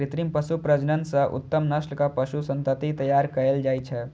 कृत्रिम पशु प्रजनन सं उत्तम नस्लक पशु संतति तैयार कएल जाइ छै